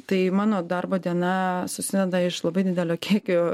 tai mano darbo diena susideda iš labai didelio kiekio